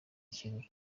ikintu